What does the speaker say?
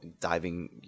diving